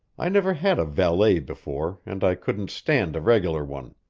i never had a valet before and i couldn't stand a regular one.